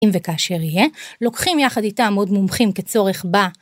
אם וכאשר יהיה, לוקחים יחד איתם עוד מומחים כצורך ב